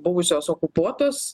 buvusios okupuotos